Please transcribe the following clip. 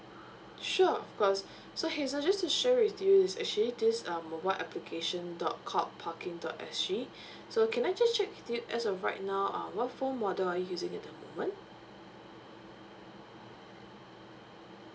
sure of course so hazel just to share with you is actually this um mobile application dot corp parking dot S G so can I just check with you as of right now uh what phone model are you using at the moment